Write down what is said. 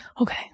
Okay